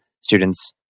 students